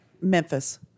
Memphis